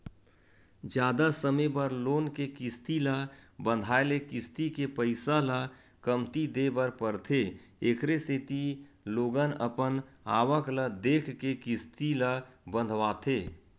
जादा समे बर लोन के किस्ती ल बंधाए ले किस्ती के पइसा ल कमती देय बर परथे एखरे सेती लोगन अपन आवक ल देखके किस्ती ल बंधवाथे